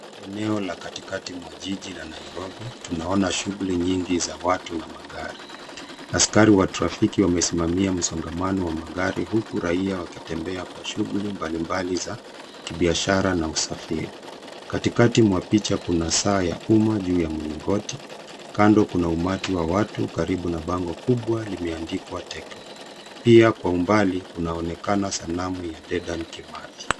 Eneo la katikati mwa jiji la Nairobi. Tunaona shughuli nyingi za watu na magari. Askari wa trafiki wamesimamia msongamano wa magari, huku raia wakitembea kwa shughuli mbali mbali za kibiashara na usafiri. Katikati mwa picha kuna saa ya umma juu ya mlingoti, kando kuna umati wa watu karibu na bango kubwa limeandikwa Tecno . Pia kwa umbali kunaonekana sanamu ya Dedan Kimathi .